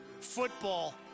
football